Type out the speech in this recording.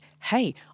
hey